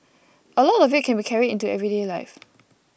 a lot of it can be carried into everyday life